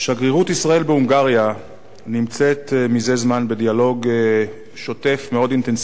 שגרירות ישראל בהונגריה נמצאת מזה זמן בדיאלוג שוטף מאוד אינטנסיבי